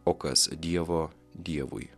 o kas dievo dievui